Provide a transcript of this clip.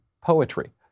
poetry